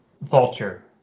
vulture